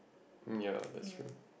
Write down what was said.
um ya that's true